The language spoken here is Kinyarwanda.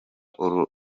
uburundi